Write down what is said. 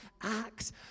Acts